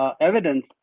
evidence